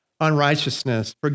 unrighteousness